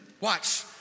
Watch